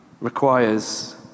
requires